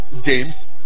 James